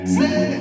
say